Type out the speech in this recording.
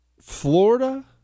Florida